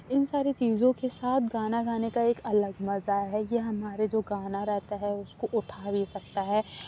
ان ساری چیزوں کے ساتھ گانا گانے کا ایک الگ مزہ ہے یہ ہمارے جو گانا رہتا ہے اس کو اٹھا بھی سکتا ہے